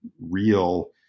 real